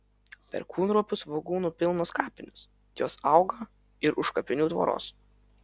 perkūnropių svogūnų pilnos kapinės jos auga ir už kapinių tvoros